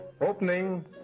opening